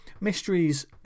mysteries